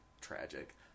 tragic